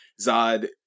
Zod